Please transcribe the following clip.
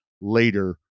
later